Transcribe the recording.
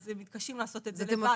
אז הם מתקשים לעשות את זה לבד.